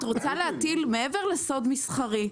את רוצה להטיל מעבר לסוד מסחרי,